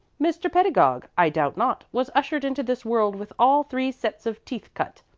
mr. pedagog, i doubt not, was ushered into this world with all three sets of teeth cut,